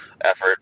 effort